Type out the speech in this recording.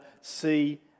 see